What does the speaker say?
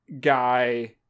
guy